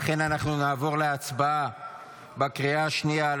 לכן אנחנו נעבור להצבעה בקריאה השנייה על